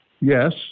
Yes